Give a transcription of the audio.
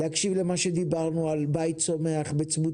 ולהקשיב למה שדיברנו על בית צומח בצמוד